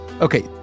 Okay